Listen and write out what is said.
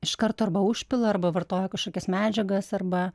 iš karto arba užpila arba vartoja kažkokias medžiagas arba